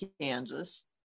Kansas